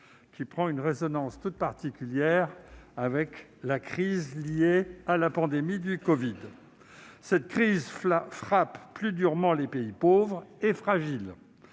qui prend une résonance toute particulière avec la crise liée à la pandémie de covid. Cette crise frappe plus durement les pays pauvres et fragiles.